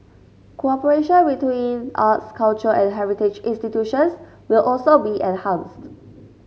cooperation between arts culture and heritage institutions will also be enhanced